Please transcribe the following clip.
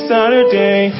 Saturday